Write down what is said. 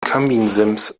kaminsims